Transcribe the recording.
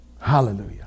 hallelujah